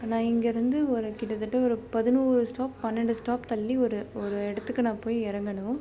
நான் இங்கிருந்து ஒரு கிட்டத்தட்ட ஒரு பதினோரு ஸ்டாப் பன்னெண்டு ஸ்டாப் தள்ளி ஒரு ஒரு இடத்துக்கு நான் போய் இறங்கணும்